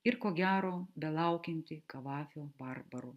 ir ko gero belaukianti kavafio barbarų